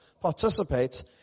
participate